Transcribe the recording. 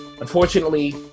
Unfortunately